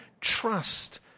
trust